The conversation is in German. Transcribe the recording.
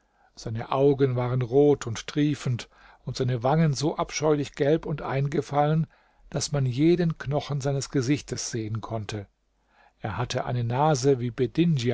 seine augen waren rot und triefend und seine wangen so abscheulich gelb und eingefallen daß man jeden knochen seines gesichts sehen konnte er hatte eine nase wie